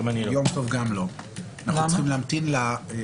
חבר הכנסת יום טוב גם לא כי צריך לחכות להצבעה